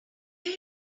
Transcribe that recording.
down